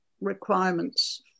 requirements